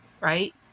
right